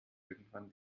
irgendwann